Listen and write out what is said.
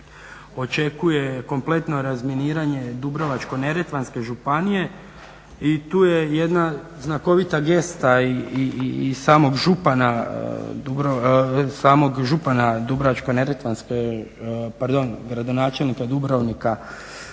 očekuje kompletno razminiranje Dubrovačko-neretvanske županije i tu je jedna znakovita gesta i samog župana Dubrovačko-neretvanske, pardon gradonačelnika Dubrovnika